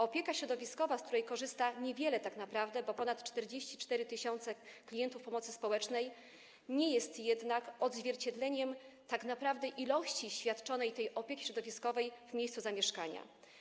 Opieka środowiskowa, z której korzysta niewiele tak naprawdę, bo ponad 44 tys. klientów pomocy społecznej, nie jest jednak odzwierciedleniem ilości świadczonej opieki środowiskowej w miejscu zamieszkania.